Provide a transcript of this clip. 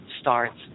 starts